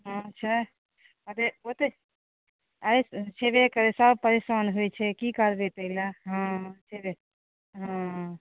हँ अच्छा अरे ओ तऽ छेबे करै सब परेशान होइत छै की करबै ताहि लऽ हँ हँ